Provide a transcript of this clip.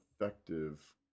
effective